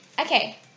Okay